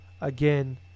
again